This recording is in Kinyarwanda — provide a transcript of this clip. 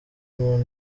moon